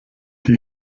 die